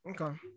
Okay